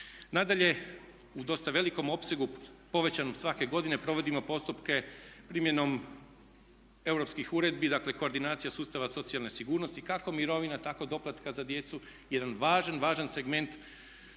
Nadalje, u dosta velikom opsegu povećanom svake godine provodimo postupke primjenom europskih uredbi, dakle koordinacija sustava socijalne sigurnosti kako mirovina tako doplatka za djecu, jedan važan, važan segment